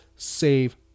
save